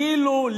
כאילו,